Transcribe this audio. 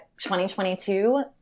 2022